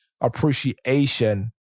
appreciation